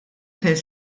fejn